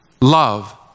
love